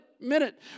minute